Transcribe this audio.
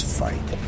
fight